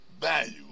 value